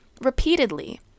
repeatedly